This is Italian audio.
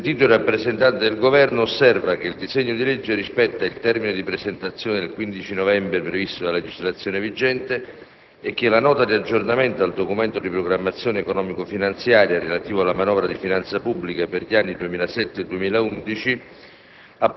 sentito il rappresentante del Governo -, osserva che il disegno di legge rispetta il termine di presentazione del 15 novembre previsto dalla legislazione vigente e che la Nota di aggiornamento al Documento di programmazione economico-finanziaria relativo alla manovra di finanza pubblica per gli anni 2007-2011